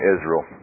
Israel